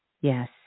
Yes